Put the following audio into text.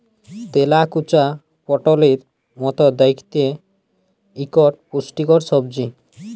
তেলাকুচা পটলের মত দ্যাইখতে ইকট পুষ্টিকর সবজি